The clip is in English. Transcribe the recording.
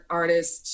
artists